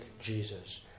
Jesus